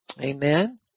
Amen